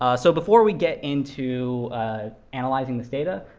ah so before we get into analyzing this data,